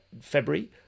February